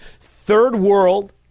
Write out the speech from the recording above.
third-world